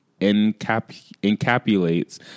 encapsulates